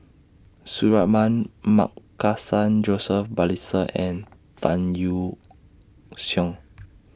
Suratman Markasan Joseph Balestier and Tan Yeok Seong